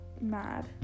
mad